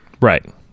Right